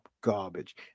garbage